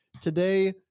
today